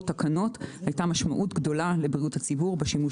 תקנות הייתה משמעות גדולה לבריאות הציבור.